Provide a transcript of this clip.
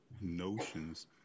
notions